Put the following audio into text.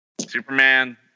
Superman